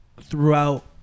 throughout